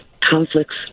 Conflicts